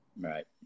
right